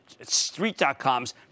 street.com's